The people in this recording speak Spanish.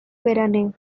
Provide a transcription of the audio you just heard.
veraneo